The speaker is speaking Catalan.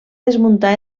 desmuntar